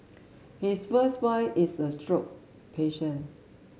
his first wife is a stroke patient